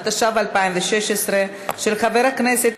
התשע"ה 2015, עברה בקריאה